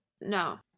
No